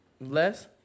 less